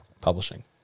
publishing